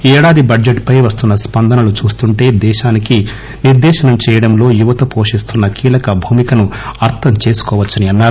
ఈ ఏడాది బడ్జెట్ పై వస్తున్న స్పందనలు చూస్తుంటే దేశానికి నిర్దేశనం చేయడంలో యువత పోషిస్తున్న కీలక భూమికను అర్దం చేసుకోవచ్చని అన్నారు